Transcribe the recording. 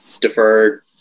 deferred